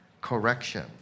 correction